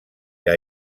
que